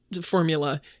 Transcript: formula